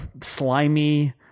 slimy